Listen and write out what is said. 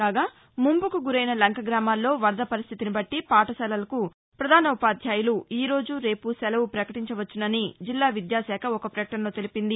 కాగా ముంపుకు గురైన లంకగ్రామాల్లో వరద పరిస్లితిన బట్లి పాఠశాలలకు ప్రధానోపాధ్యాయులు ఈరోజు రేపు శెలవు ప్రకటించ వచ్చునని జిల్లా విద్యాశాఖ ఒక ప్రకటనలో తెలిపింది